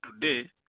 today